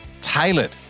tailored